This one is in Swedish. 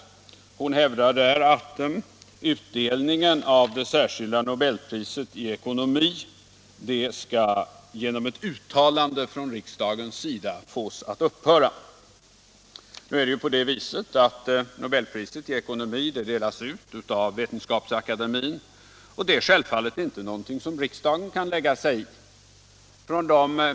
Fru Backberger hävdar att utdelningen av det särskilda nobelpriset i ekonomi genom ett uttalande från riksdagens sida skall fås att upphöra. Nobelpriset i ekonomi delas ut av Vetenskapsakademien, och det är självfallet inte någonting som riksdagen kan lägga sig i.